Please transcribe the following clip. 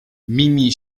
mimi